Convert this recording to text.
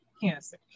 Cancer